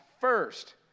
first